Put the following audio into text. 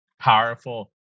powerful